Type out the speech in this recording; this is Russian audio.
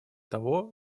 того